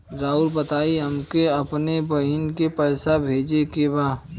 राउर बताई हमके अपने बहिन के पैसा भेजे के बा?